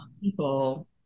people